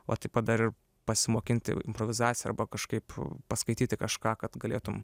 o taip pat dar ir pasimokinti improvizaciją arba kažkaip paskaityti kažką kad galėtum